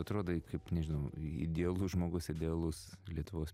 atrodai kaip nežinau idealus žmogus idealus lietuvos